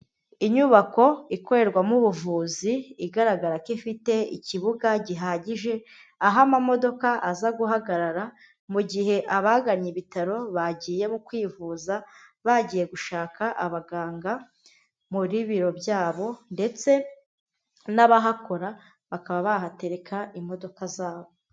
Inyubako ikorerwamo ubuvuzi igaragara ko ifite ikibuga gihagije. Aho amamodoka aza guhagarara mu gihe abagannye ibitaro bagiye mu kwivuza, bagiye gushaka abaganga muri biro byabo ndetse n'abahakora bakaba bahatereka imodoka zabo.